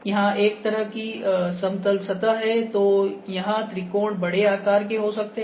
यहां एक तरह की समतल सतह है तो यहां त्रिकोण बड़े आकार के हो सकते हैं